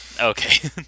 Okay